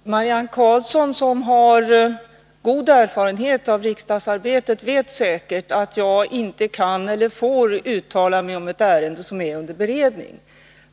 Herr talman! Marianne Karlsson, som har god erfarenhet av riksdagsarbetet, vet säkert att jag inte kan eller får uttala mig i ett ärende som är under beredning.